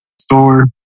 store